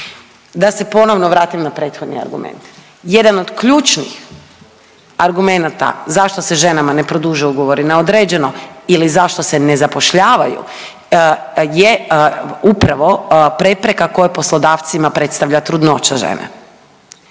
Da se ponovno vratim na prethodni argument. Jedan od ključnih argumenata zašto se ženama ne produžuju ugovori na određeno ili zašto se ne zapošljavaju je upravo prepreka koja poslodavcima predstavlja trudnoća žene.